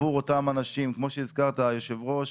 עבור אותם אנשים, כמו שהזכרת היושב-ראש,